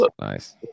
nice